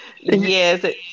Yes